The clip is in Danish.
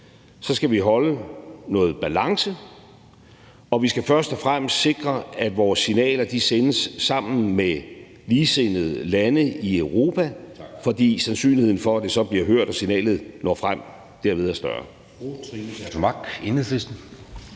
vi skal holde noget balance, og vi skal først og fremmest sikre, at vores signaler sendes sammen med ligesindede lande i Europa, fordi sandsynligheden for, at det så bliver hørt og signalet når frem, derved er større.